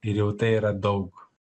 ir jau tai yra daug